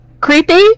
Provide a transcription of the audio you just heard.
creepy